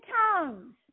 tongues